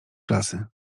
klasy